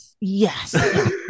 yes